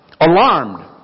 Alarmed